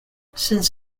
since